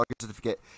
certificate